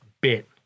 bit